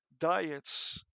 diets